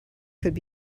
could